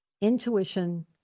intuition